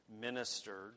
ministered